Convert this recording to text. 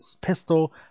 pistol